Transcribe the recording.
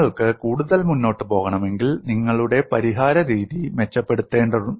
നിങ്ങൾക്ക് കൂടുതൽ മുന്നോട്ട് പോകണമെങ്കിൽ നിങ്ങളുടെ പരിഹാര രീതി മെച്ചപ്പെടുത്തേണ്ടതുണ്ട്